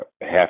half